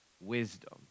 Wisdom